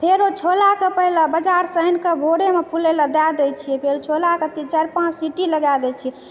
फेर ओ छोलाके पहिने बजारसँ आनिकऽ भोरेमे फुलै लए दए दै छियै फेर छोलाके तीन चारि पाँच सीटी लगा दै छियै